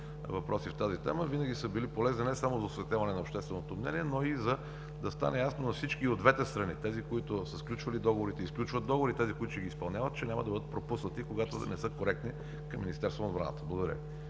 въпроси в тази тема, винаги са били полезни не само за осветляване на общественото мнение, но и за да стане ясно на всички и от двете страни – тези, които са сключвали договорите и сключват договори, и тези, които ще ги изпълняват, че няма да бъдат пропуснати, когато не са коректни към Министерството на отбраната. Благодаря